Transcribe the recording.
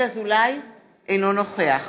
אינו נוכח